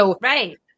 right